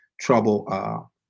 trouble